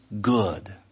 good